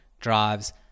drives